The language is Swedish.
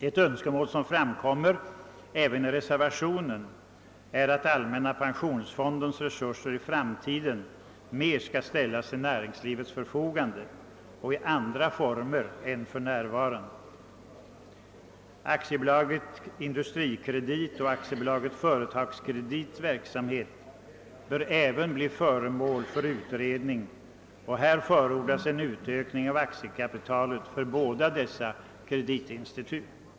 Ett önskemål som framkommer även i reservationen är att allmänna pensionsfondens resurser i framtiden i större utsträckning skall ställas till näringslivets förfogande och i andra former än för närvarande. Aktiebolaget Industrikredits och Aktiebolaget Företagskredits verksamhet bör även bli föremål för utredning, och här förordas en ökning av aktiekapitalet för båda dessa kreditinstitut.